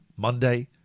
Monday